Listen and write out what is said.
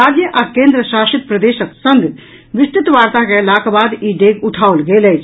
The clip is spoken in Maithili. राज्य आ केन्द्र शासित प्रदेश सभक संग विस्तृत वार्ता कयलाक बाद ई डेग उठाओल गेल अछि